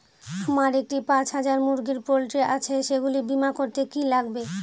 আমার একটি পাঁচ হাজার মুরগির পোলট্রি আছে সেগুলি বীমা করতে কি লাগবে?